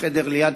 בחדר ליד